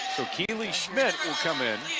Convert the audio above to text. so keele schmitt will come in